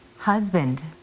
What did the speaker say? husband